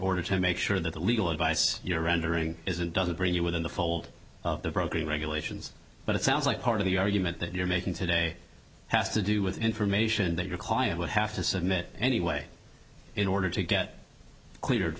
order to make sure that the legal advice you're rendering isn't doesn't bring you within the fold of the broken regulations but it sounds like part of the argument that you're making today has to do with information that your client would have to submit anyway in order to get cleared